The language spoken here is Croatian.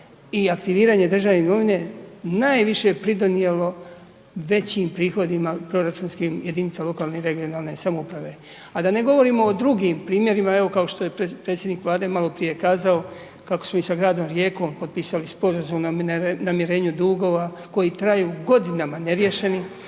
i aktiviranje državne imovine najviše pridonijelo većim prihodima proračunskim jedinicama lokalne i regionalne samouprave, a da ne govorimo o drugim primjerima, evo, kao što je predsjednik Vlade maloprije kazao, kako smo mi sa gradom Rijekom potpisali sporazum o namirenju dugova koji traju godinama neriješeni,